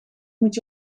moet